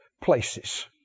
places